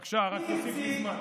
אבל תגיד לי משהו,